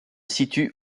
situe